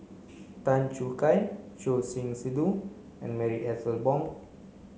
Tan Choo Kai Choor Singh Sidhu and Marie Ethel Bong